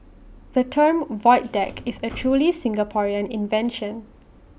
the term void deck is A truly Singaporean invention